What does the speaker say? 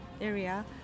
area